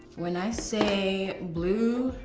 when i say blue,